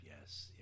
yes